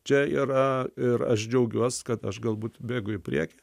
čia yra ir aš džiaugiuos kad aš galbūt bėgu į priekį